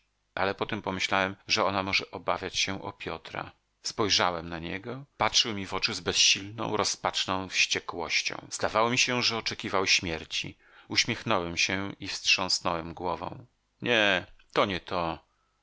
ale potem pomyślałem że ona może obawia się o piotra spojrzałem na niego patrzył mi w oczy z bezsilną rozpaczną wściekłością zdawało mi się że oczekiwał śmierci uśmiechnąłem się i wstrząsnąłem głową nie to nie to